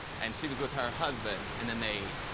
and she was with her husband and then they